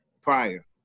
prior